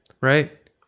right